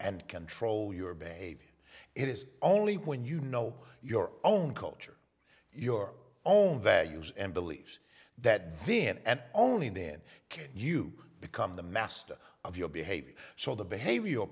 and control your behavior it is only when you know your own culture your own values and beliefs that v n and only then can you become the master of your behavior so the behavioral